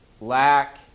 lack